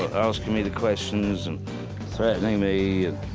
asking me the questions, and threatening me and,